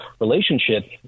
relationship